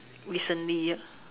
recently ah